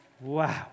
Wow